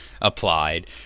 applied